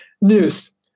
news